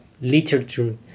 literature